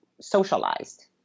socialized